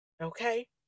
Okay